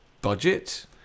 budget